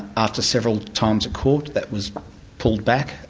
after several times at court that was pulled back,